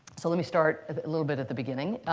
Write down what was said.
so let me start a little bit at the beginning.